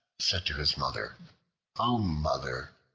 said to his mother o mother!